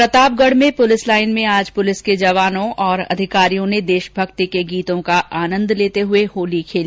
प्रतापगढ में police line में आज पुलिस के जवानों और अधिकारियों ने देशभक्ति के गीतों का आनन्द लेते हुए होली खेली